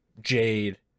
Jade